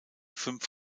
fünf